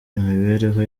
imibereho